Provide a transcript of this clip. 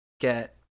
get